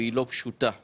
וגם אותך מרגי,